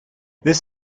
this